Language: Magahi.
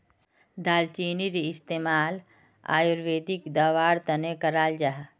दालचीनीर इस्तेमाल आयुर्वेदिक दवार तने कराल जाहा